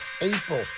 April